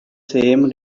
same